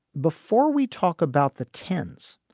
before we talk about the ten s.